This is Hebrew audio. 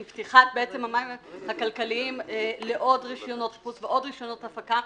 עם פתיחת המים הכלכליים לעוד רישיונות חוץ ועוד רישיונות הפקה.